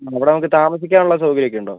അവിടെ നമുക്ക് താമസിക്കാനുള്ള സൗകര്യം ഒക്കെയുണ്ടോ